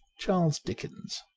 charles dickens